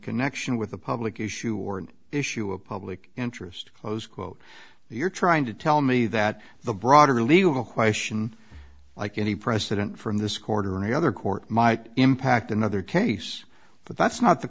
connection with a public issue or an issue of public interest close quote you're trying to tell me that the broader legal question like any precedent from this quarter and the other court might impact another case but that's not the